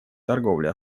торговле